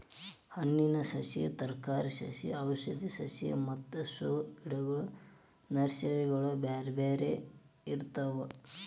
ಹಣ್ಣಿನ ಸಸಿ, ತರಕಾರಿ ಸಸಿ ಔಷಧಿ ಸಸಿ ಮತ್ತ ಶೋ ಗಿಡಗಳ ನರ್ಸರಿಗಳು ಬ್ಯಾರ್ಬ್ಯಾರೇ ಇರ್ತಾವ